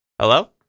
Hello